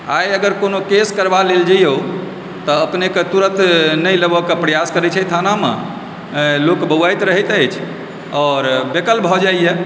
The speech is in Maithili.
आइ अगर कोनो केस करबा लेल जाइयौ तऽ अपनेके तुरत नहि लेबाके प्रयास करै छै थानामे लोक बौआइत रहै छै आओर बेकल भए जाइए